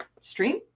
stream